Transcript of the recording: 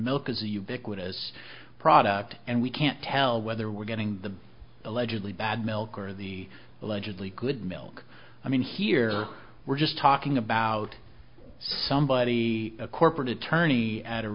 milk as a ubiquitous product and we can't tell whether we're getting the allegedly bad milk or the allegedly good milk i mean here we're just talking about somebody a corporate attorney at a